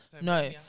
No